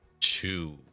two